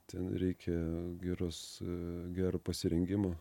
ten reikia geros gero pasirengimo